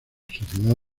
sociedad